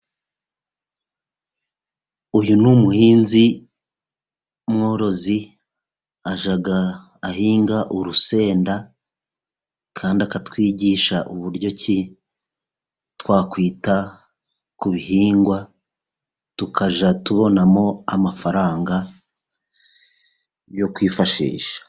Uyu ni umuhinzi mworozi, ajya ahinga urusenda, kandi akatwigisha uburyo ki twakwita ku bihingwa, tukajya tubonamo amafaranga yo kwifashisha.